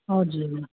हजुर